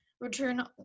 return